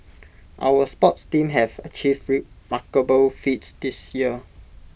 our sports teams have achieved remarkable feats this year